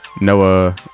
Noah